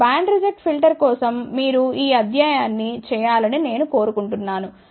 ఇప్పుడు band reject filter కోసం మీరు ఈ అధ్యాయాన్ని చేయాలని నేను కోరుకుంటున్నాను